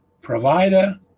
provider